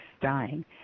dying